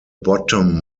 bottom